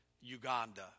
Uganda